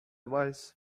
mais